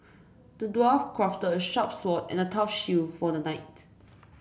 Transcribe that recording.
the dwarf crafted a sharp sword and a tough shield for the knight